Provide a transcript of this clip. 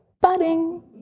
budding